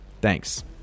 Thanks